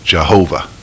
Jehovah